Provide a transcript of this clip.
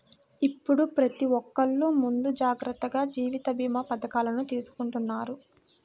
ఇప్పుడు ప్రతి ఒక్కల్లు ముందు జాగర్తగా జీవిత భీమా పథకాలను తీసుకుంటన్నారు